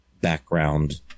background